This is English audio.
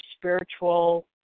spiritual